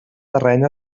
terreny